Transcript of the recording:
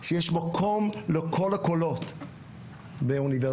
שיש מקום לכל הקולות באוניברסיטה.